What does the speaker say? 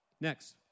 Next